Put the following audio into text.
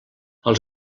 els